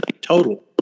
total